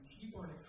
keyboard